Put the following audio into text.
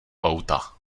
auta